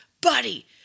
buddy